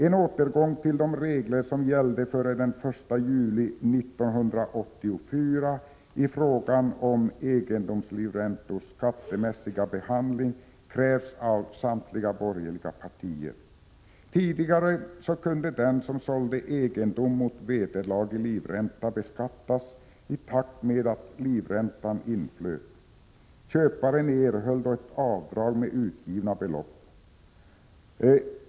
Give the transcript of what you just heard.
En återgång till de regler som gällde före den 1 juli 1984 i fråga om egendomslivräntors skattemässiga behandling krävs av samtliga borgerliga partier. Tidigare kunde den som sålde egendom mot vederlag i livränta beskattas i takt med att livräntan inflöt. Köparen erhöll då avdrag med utgivna belopp.